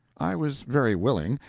i was very willing,